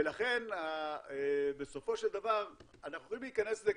לכן בסופו של דבר אנחנו יכולים להיכנס לזה,